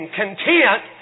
content